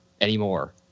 anymore